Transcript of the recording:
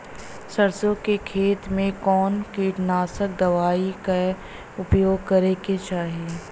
सरसों के खेत में कवने कीटनाशक दवाई क उपयोग करे के चाही?